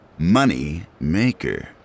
Moneymaker